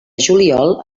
juliol